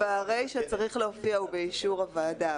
ברישא צריך להופיע "ובאישור הוועדה".